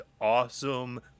awesome